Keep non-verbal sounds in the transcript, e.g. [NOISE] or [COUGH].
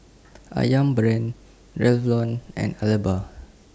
Ayam Brand Revlon and [UNINTELLIGIBLE]